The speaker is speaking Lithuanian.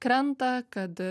krenta kad